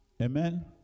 Amen